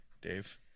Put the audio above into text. Dave